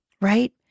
right